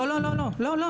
לא.